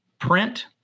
Print